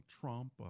Trump